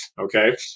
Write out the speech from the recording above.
Okay